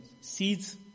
seeds